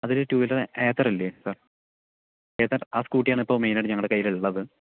അതിൽ two wheeler Ather ഇല്ലേ sir Ather ആ സ്കൂട്ടിയാണ് മെയിനായിട്ട് ഞങ്ങളുടെ കയ്യിൽ ഉള്ളത്